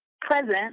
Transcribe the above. present